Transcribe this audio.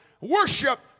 worship